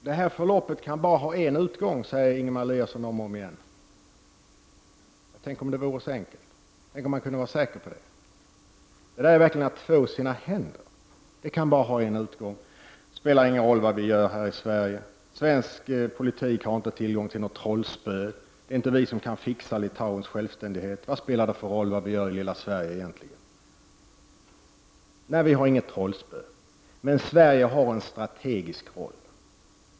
Herr talman! Det här förloppet kan bara ha en utgång, säger Ingemar Eliasson om och om igen. Ja, tänk om det vore så enkelt! Tänk om man kunde vara säker på det! Det där är verkligen att två sina händer: ”Det kan bara ha en utgång. Det spelar ingen roll vad vi gör här i Sverige. Svensk politik har inte tillgång till något trollspö. Det är inte vi som kan fixa Litauens självständighet. Vad spelar det egentligen för roll vad vi gör i lilla Sverige?” Nej, vi har inget trollspö. Men Sverige har en strategisk roll.